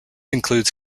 includes